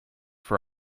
for